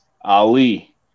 Ali